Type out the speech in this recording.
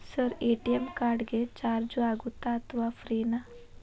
Sir ATM card ಗೆ charge ಆಗುತ್ತಾ ಅಥವಾ ಫ್ರೇ ನಾ?